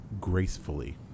gracefully